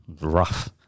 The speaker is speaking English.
rough